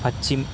పచ్చి